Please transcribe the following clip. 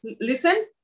listen